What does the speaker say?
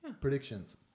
Predictions